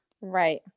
Right